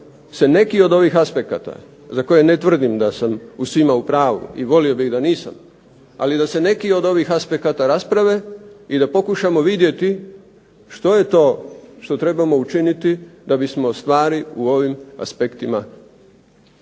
se neki od ovih aspekata za koje ne tvrdim da sam u svima u pravu i volio bih da nisam. Ali da se neki od ovih aspekata rasprave i da pokušamo vidjeti što je to što trebamo učiniti da bismo stvari u ovim aspektima u nekom